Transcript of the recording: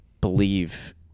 believe